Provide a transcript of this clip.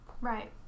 right